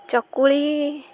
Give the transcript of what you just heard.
ଚକୁଳି